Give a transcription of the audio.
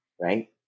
right